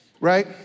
right